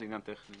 זה עניין טכני.